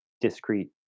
discrete